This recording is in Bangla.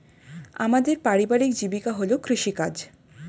আমাদের পারিবারিক জীবিকা হল কৃষিকাজ